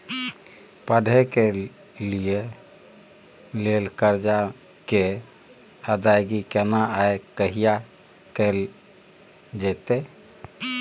पढै के लिए लेल कर्जा के अदायगी केना आ कहिया कैल जेतै?